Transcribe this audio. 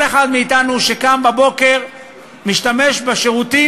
כל אחד מאתנו שקם בבוקר משתמש בשירותים